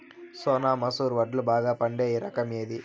సోనా మసూర వడ్లు బాగా పండే రకం ఏది